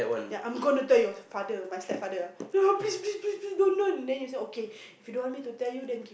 ya I gonna talk your father my step father no please please please don't don't then you said okay if you don't want me to tell you then keep